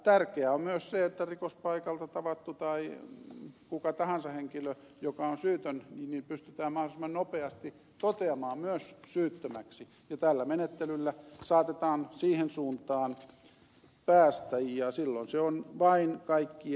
tärkeää on myös se että rikospaikalta tavattu tai kuka tahansa henkilö joka on syytön pystytään mahdollisimman nopeasti toteamaan myös syyttömäksi ja tällä menettelyllä saatetaan siihen suuntaan päästä ja silloin se on vain kaikkien etu